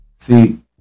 See